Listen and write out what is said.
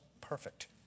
perfect